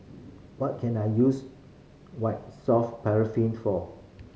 what can I use White Soft Paraffin for